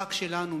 רק שלנו,